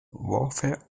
warfare